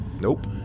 nope